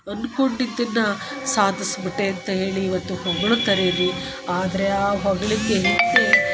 ಅನ್ಕೊಂಡಿದ್ದನ್ನ ಸಾಧ್ಸಿ ಬಿಟ್ಟೆ ಅಂತ ಹೇಳಿ ಇವತ್ತು ಹೊಗುಳ್ತಾರೇ ರೀ ಆದರೆ ಆ ಹೊಗಳಿಕೆ